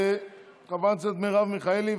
חברת הכנסת מרב מיכאלי.